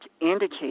indicate